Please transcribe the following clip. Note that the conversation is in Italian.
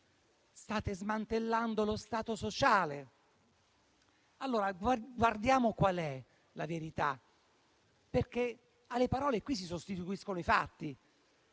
State smantellando lo Stato sociale. Allora andiamo a vedere qual è la verità, perché alle parole qui si sostituiscono i fatti.